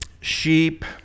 sheep